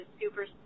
super